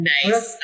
Nice